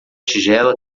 tigela